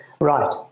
Right